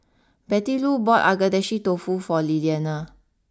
Bettylou bought Agedashi Dofu for Liliana